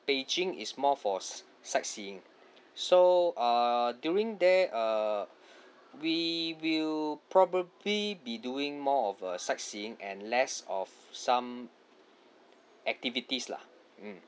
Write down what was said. beijing is more for s~ sightseeing so err during there err we will probably be doing more of uh sightseeing and less of some activities lah mm